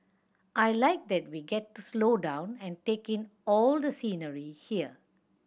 I like that we get to slow down and take in all the scenery here